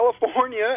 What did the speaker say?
California